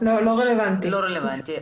לא רלוונטי.